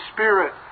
Spirit